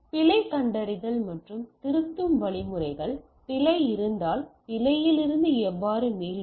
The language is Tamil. பிழை கண்டறிதல் மற்றும் திருத்தும் வழிமுறைகள் பிழை இருந்தால் பிழையில் இருந்து எவ்வாறு மீள்வது